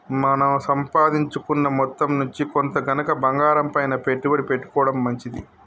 మన సంపాదించుకున్న మొత్తం నుంచి కొంత గనక బంగారంపైన పెట్టుబడి పెట్టుకోడం మంచిది